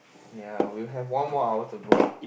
ya we'll have one more hour to go